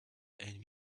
haine